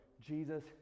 Jesus